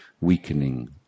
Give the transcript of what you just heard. weakening